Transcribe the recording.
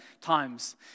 times